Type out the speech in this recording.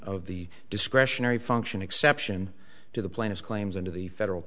of the discretionary function exception to the plaintiff claims into the federal